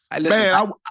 Man